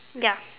ya